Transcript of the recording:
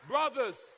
Brothers